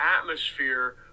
atmosphere